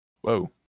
whoa